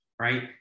right